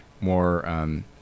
more